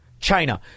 china